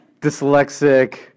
dyslexic